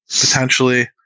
potentially